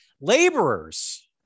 laborers